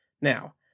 Now